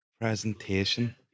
Presentation